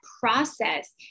process